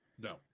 No